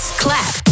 clap